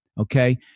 okay